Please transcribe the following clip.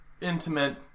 intimate